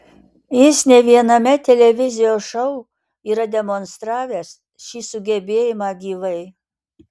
jis ne viename televizijos šou yra demonstravęs šį sugebėjimą gyvai